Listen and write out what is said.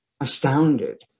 astounded